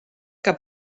que